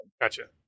Gotcha